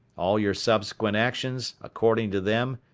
all your subsequent actions, according to them,